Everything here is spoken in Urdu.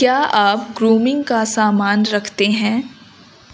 کیا آپ گرومنگ کا سامان رکھتے ہیں